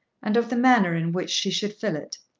and of the manner in which she should fill it.